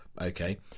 Okay